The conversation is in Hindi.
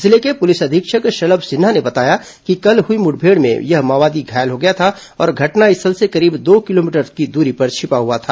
जिले के पुलिस अधीक्षक शलभ सिन्हा ने बताया कि कल हुई मुठभेड़ में यह माओवादी घायल हो गया था और घटनास्थल से करीब दो किलोमीटर की दूरी पर छिपा हुआ था